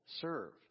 served